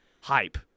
hype